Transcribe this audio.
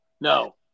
No